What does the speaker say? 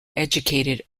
educated